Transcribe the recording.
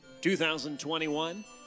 2021